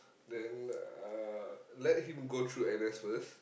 then uh let him go through N_S first